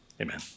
amen